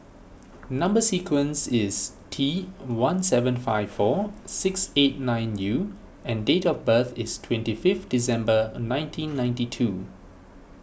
Number Sequence is T one seven five four six eight nine U and date of birth is twenty fifth December nineteen ninety two